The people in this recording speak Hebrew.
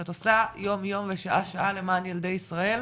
שאת עושה יום יום ושעה שעה למען ילדי ישראל,